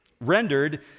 Rendered